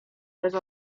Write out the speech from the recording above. bez